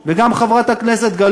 וחברת הכנסת יחימוביץ,